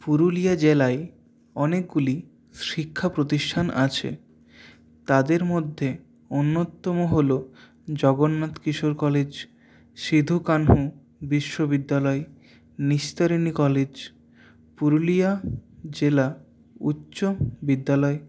পুরুলিয়া জেলায় অনেকগুলি শিক্ষা প্রতিষ্ঠান আছে তাদের মধ্যে অন্যতম হল জগন্নাথ কিশোর কলেজ সিধু কানু বিশ্ববিদ্যালয় নিস্তরিণী কলেজ পুরুলিয়া জেলা উচ্চ বিদ্যালয়